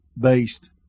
based